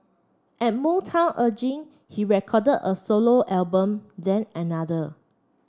at Motown urging he recorded a solo album then another